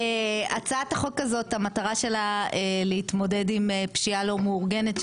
מטרת הצעת החוק הזאת היא להתמודד עם פשיעה לא מאורגנת,